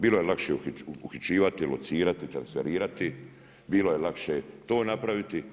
Bilo je lakše uhićivati, locirati, transferirati, bilo je lakše to napraviti.